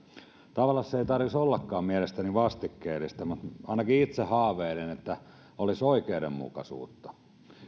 tavallaan sen ei tarvitsisi ollakaan mielestäni vastikkeellista mutta ainakin itse haaveilen että olisi oikeudenmukaisuutta